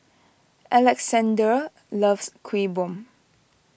Alexandr loves Kuih Bom